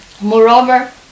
Moreover